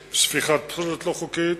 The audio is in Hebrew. שפיכת פסולת לא חוקית